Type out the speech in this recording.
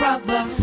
Brother